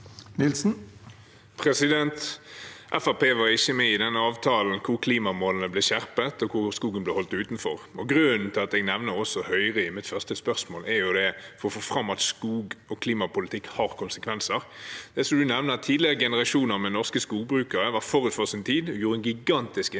partiet var ikke med i den avtalen hvor klimamålene ble skjerpet, og hvor skogen ble holdt utenfor. Grunnen til at jeg nevner Høyre i spørsmålet mitt, er for å få fram at skog- og klimapolitikk har konsekvenser. Statsråden nevner at tidligere generasjoner med norske skogbrukere var forut for sin tid og gjorde en gigantisk innsats